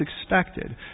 expected